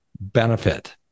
benefit